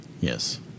yes